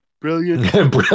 Brilliant